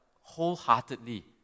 wholeheartedly